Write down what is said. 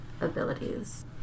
abilities